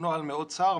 נוהל מאוד צר,